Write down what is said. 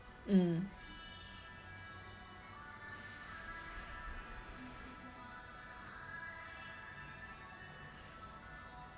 mm